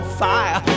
fire